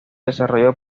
desarrolló